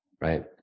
right